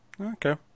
Okay